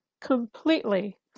completely